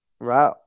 right